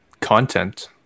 Content